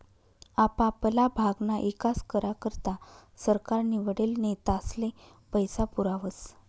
आपापला भागना ईकास करा करता सरकार निवडेल नेतास्ले पैसा पुरावस